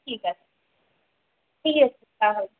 ঠিক আছে ঠিক আছে তাহলে